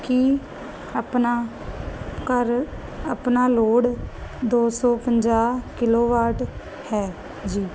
ਕੀ ਆਪਣਾ ਘਰ ਆਪਣਾ ਲੋੜ ਦੋ ਸੌ ਪੰਜਾਹ ਕਿਲੋਵਾਟ ਹੈ ਜੀ